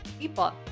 people